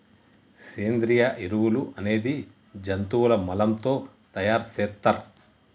సేంద్రియ ఎరువులు అనేది జంతువుల మలం తో తయార్ సేత్తర్